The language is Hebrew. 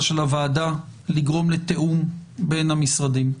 של הוועדה לגרום לתיאום בין המשרדים.